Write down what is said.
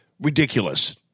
ridiculous